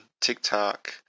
TikTok